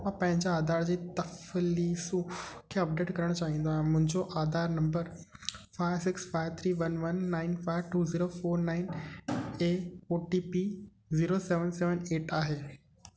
मां पंहिंजे आधार जी तफ़लीसूं खे अपडेट करणु चाहींदो आहियां मुंहिंजो Aadhaar number five six five three one one nine five two zero four nine ऐं O T P zero seven seven eight आहे